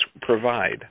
provide